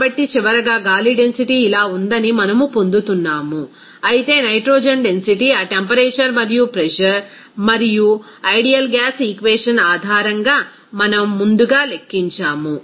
కాబట్టి చివరగా గాలి డెన్సిటీ ఇలా ఉందని మనము పొందుతున్నాము అయితే నైట్రోజన్ డెన్సిటీ ఆ టెంపరేచర్ మరియు ప్రెజర్ మరియు ఐడియల్ గ్యాస్ ఈక్వేషన్ ఆధారంగా మనం ముందుగా లెక్కించాము